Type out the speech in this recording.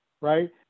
right